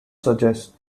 suggest